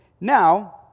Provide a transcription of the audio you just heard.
Now